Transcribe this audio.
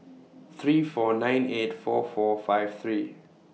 three four nine eight four four five three